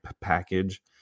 package